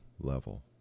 level